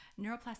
Neuroplasticity